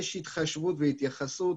יש התחשבות והתייחסות